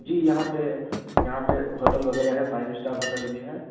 جی یہاں پہ یہاں پہ ہوٹل وغیرہ ہے فائیو اسٹار ہوٹل بھی ہے